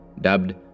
dubbed